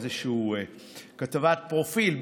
איזה כתבת פרופיל.